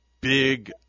big